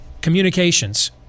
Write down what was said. communications